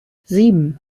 sieben